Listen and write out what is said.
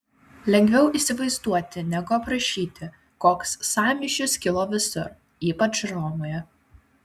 lengviau įsivaizduoti negu aprašyti koks sąmyšis kilo visur ypač romoje